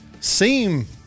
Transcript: seem